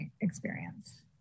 experience